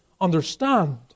understand